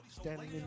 Standing